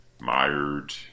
mired